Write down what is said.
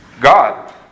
God